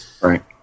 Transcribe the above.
Right